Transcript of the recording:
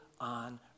on